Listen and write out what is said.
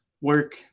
work